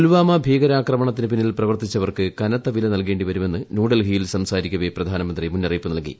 പുൽവാമ ഭീകരാക്രമണത്തിന് പിന്നിൽ പ്രവർത്തിച്ചവർക്ക് കനത്ത വില നൽകേണ്ടി വരുമെന്ന് ന്യൂഡൽഹിയിൽ സംസാരിക്കവെ പ്രധാനമന്ത്രി മുന്നറിയിപ്പ് നൽകി